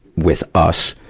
with us?